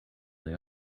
they